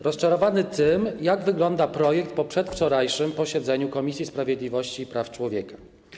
Rozczarowany tym, jak wygląda projekt po przedwczorajszym posiedzeniu Komisji Sprawiedliwości i Praw Człowieka.